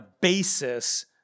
basis